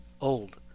old